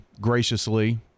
graciously